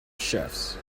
chefs